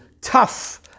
tough